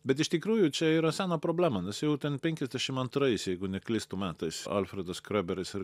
bet iš tikrųjų čia yra sena problema nes jau ten penkiasdešimt antrais jeigu neklystu metais alfredas krioberis ir